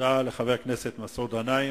תודה לחבר הכנסת מסעוד גנאים.